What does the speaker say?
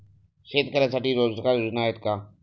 शेतकऱ्यांसाठी रोजगार योजना आहेत का?